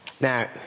Now